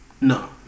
No